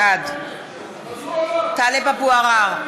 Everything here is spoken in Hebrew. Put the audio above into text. בעד טלב אבו עראר,